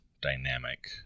dynamic